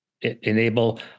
enable